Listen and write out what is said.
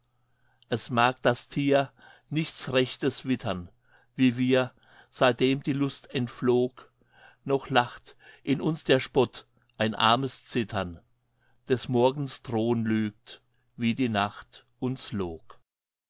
es mag das tier nichts rechtes wittern wie wir seitdem die lust entflog noch lacht in uns der spott ein armes zittern des morgens drohn lügt wie die nacht uns log